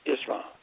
Islam